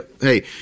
Hey